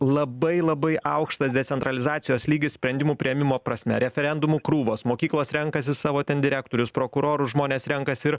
labai labai aukštas decentralizacijos lygis sprendimų priėmimo prasme referendumų krūvos mokyklos renkasi savo ten direktorius prokurorus žmonės renkasi ir